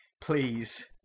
please